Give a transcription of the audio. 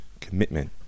commitment